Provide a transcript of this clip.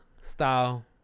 style